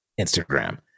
Instagram